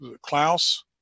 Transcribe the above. Klaus